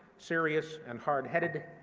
serious, and hard-headed,